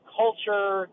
culture